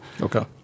Okay